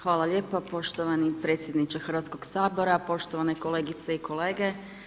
Hvala lijepa poštovani predsjedniče Hrvatskog sabora, poštovane kolegice i kolege.